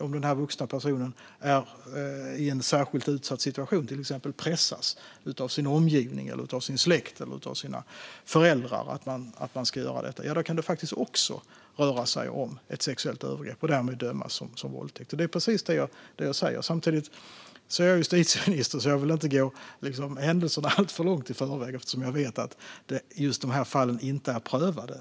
Om det är en vuxen person som är i en särskilt utsatt situation, till exempel pressas av sin omgivning, av sin släkt eller av sina föräldrar att göra detta, kan det faktiskt också röra sig om ett sexuellt övergrepp och därmed dömas som våldtäkt. Det är precis det jag säger. Som justitieminister vill jag inte gå händelserna alltför långt i förväg; jag vet att just de här fallen inte är prövade.